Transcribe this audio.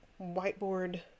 whiteboard